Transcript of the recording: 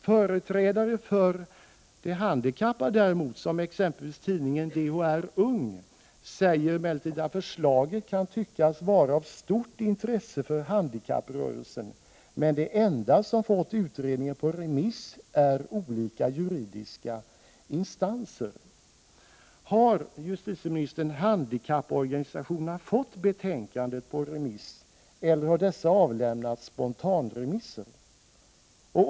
Företrädare för de handikappade däremot, t.ex. DHR Ung, säger att förslaget kan tyckas vara av stort intresse för handikapprörelsen, men att de enda som fått utredningen på remiss är olika juridiska instanser. Har, justitieministern, handikapporganisationerna fått betänkandet på remiss, eller har de avlämnat spontanremisser?